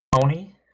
Tony